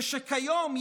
וכיום,